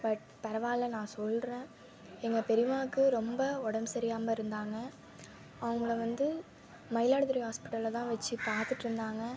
but பரவாயில்ல நான் சொல்கிறேன் எங்கள் பெரிம்மாவுக்கு ரொம்ப உடம்பு சரியாம இருந்தாங்க அவங்கள வந்து மயிலாடுதுறை ஹாஸ்பிட்டலில் தான் வச்சி பார்த்துட்ருந்தாங்க